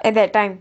at that time